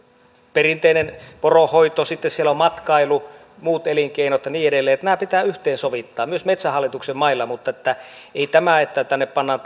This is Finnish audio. perinteinen poronhoito sitten matkailu muut elinkeinot ja niin edelleen nämä pitää yhteensovittaa myös metsähallituksen mailla ei tämä että tänne pannaan